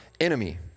enemy